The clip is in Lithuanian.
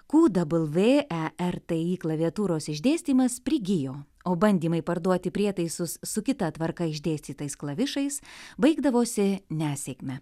ku dabl vė e r t i klaviatūros išdėstymas prigijo o bandymai parduoti prietaisus su kita tvarka išdėstytais klavišais baigdavosi nesėkme